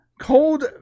cold